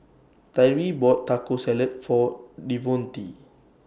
Tyree bought Taco Salad For Devonte